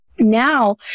Now